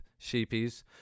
sheepies